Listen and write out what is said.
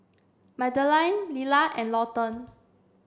Madeleine Lilla and Lawton